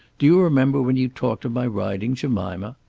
do you remember when you talked of my riding jemima?